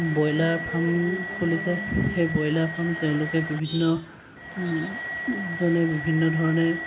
broiler farm খুলিছে সেই broiler farm তেওঁলোকে বিভিন্ন জনে বিভিন্ন ধৰণে